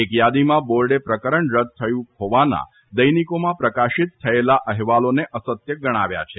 એક યાદીમાં બોર્ડે પ્રકરણ રદ કરાયું હોવાના દૈનિકોમાં પ્રકાશિત થયેલા અહેવાલોને અસત્ય ગણાવ્યા છે